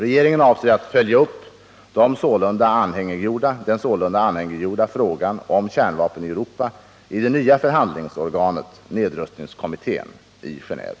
Regeringen avser att följa upp den sålunda anhängiggjorda frågan om kärnvapen i Europa i det nya förhandlingsorganet nedrustningskommittén i Genéve.